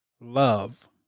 love